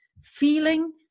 feeling